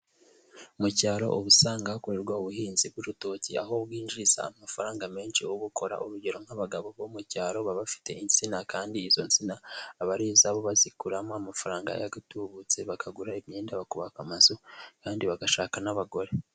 Mu cyaro uba usanga hakorerwa ubuhinzi bw'urutoki, aho bwinjiriza amafaranga menshi ubukora, urugero nk'abagabo bo mu cyaro baba bafite insina kandi izo nsina aba ari izabo bazikuramo amafaranga y'agatubutse, bakagura imyenda, bakubaka amazu kandi bagashaka n'abagore.